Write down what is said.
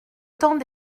temps